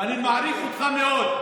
ואני מעריך אותך מאוד,